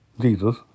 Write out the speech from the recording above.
Jesus